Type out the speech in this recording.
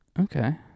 Okay